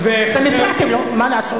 הפרעתם לו, מה לעשות.